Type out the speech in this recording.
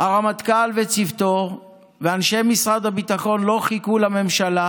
הרמטכ"ל וצוותו ואנשי משרד הביטחון לא חיכו לממשלה,